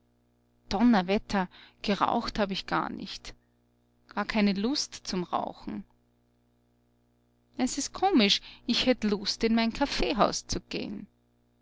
donnerwetter geraucht hab ich gar nicht gar keine lust zum rauchen es ist komisch ich hätt lust in mein kaffeehaus zu geh'n